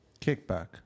Kickback